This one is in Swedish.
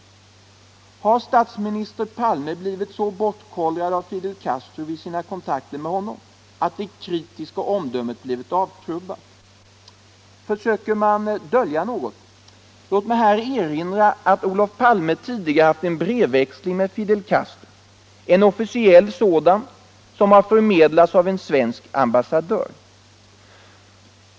Har statsminister Palme blivit så bortkollrad av Fidel Castro vid sina kontakter med honom att det kritiska omdömet trubbats av? Försöker man dölja något? Låt mig här erinra om att Olof Palme tidigare haft en brevväxling med Fidel Castro, en officiell sådan som förmedlats av en svensk ambassadör.